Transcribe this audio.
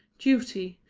duty,